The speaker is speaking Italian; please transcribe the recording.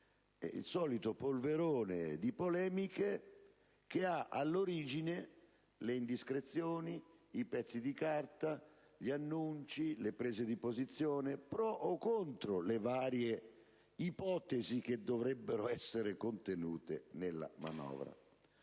il solito polverone di polemiche che ha all'origine le indiscrezioni, i pezzi di carta, gli annunci e le prese di posizione pro o contro le varie ipotesi che dovrebbero essere contenute nella manovra.